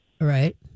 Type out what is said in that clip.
right